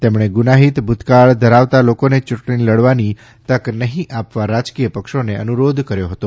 તેમણે ગુનાહિત ભૂતિકાળ ધરાવતા લોકોને યૂંટણી લડવાની તક નહીં આપવા રાજકીય પક્ષોને અનુરોધ કર્યો હતો